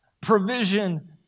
Provision